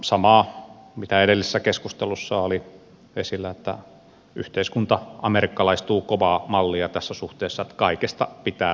samoin kuin edellisessä keskustelussa oli esillä yhteiskunta amerikkalaistuu kovaa mallia tässä suhteessa että kaikesta pitää säätää lailla